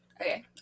Okay